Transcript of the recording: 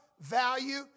value